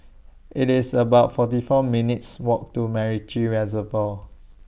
IT IS about forty four minutes' Walk to Macritchie Reservoir